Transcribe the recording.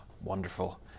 wonderful